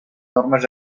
normes